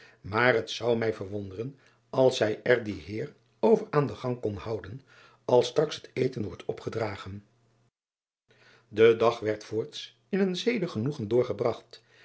maar het zou mij verwonderen als zij er dien eer over aan den gang kon houden als straks het eten wordt opgedragen e dag werd voorts in een zedig genoegen doorgebragt